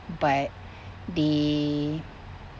but they